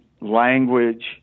language